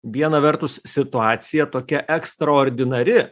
viena vertus situacija tokia ekstraordinari